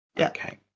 Okay